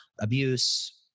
abuse